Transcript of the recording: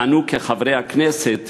ואנו, כחברי הכנסת,